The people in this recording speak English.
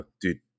dude